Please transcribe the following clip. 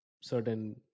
certain